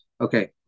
Okay